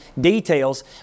details